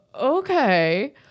okay